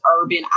urban